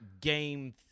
game